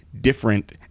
different